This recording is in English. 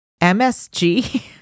msg